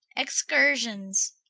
excursions.